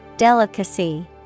Delicacy